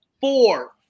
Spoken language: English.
four